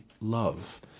love